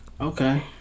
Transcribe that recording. Okay